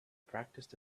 practiced